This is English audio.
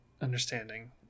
understanding